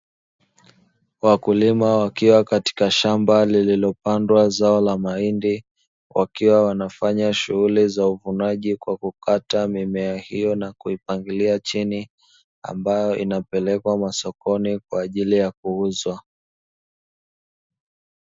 Wakulima wakiwa katika shamba lililopandwa zao la mahindi, wakiwa wanafanya shughuli za uvunaji kwa kukata mimea hiyo na kuipangilia chini, ambayo inapelekwa masokoni kwa ajili ya kuuzwa.